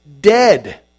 dead